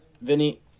Vinny